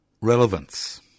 relevance